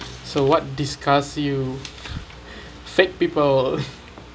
so what disgust you fake people